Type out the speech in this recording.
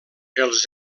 els